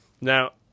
Now